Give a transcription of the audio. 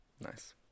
Nice